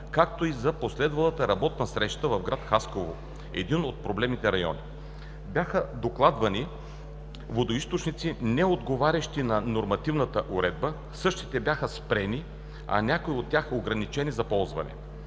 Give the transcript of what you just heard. както и за последвалата работна среща в гр. Хасково – един от проблемните райони. Бяха докладвани водоизточници, неотговарящи на нормативната уредба, същите бяха спрени, а някои от тях ограничени за ползване.